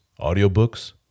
audiobooks